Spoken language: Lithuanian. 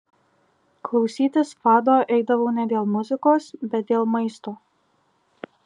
klausytis fado eidavau ne dėl muzikos bet dėl maisto